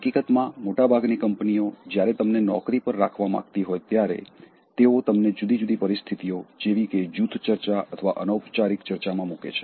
હકીકતમાં મોટાભાગની કંપનીઓ જ્યારે તમને નોકરી પર રાખવા માંગતી હોય ત્યારે તેઓ તમને જુદી જુદી પરિસ્થિતિઓ જેવી કે જૂથ ચર્ચા અથવા અનૌપચારિક ચર્ચામાં મૂકે છે